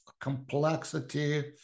complexity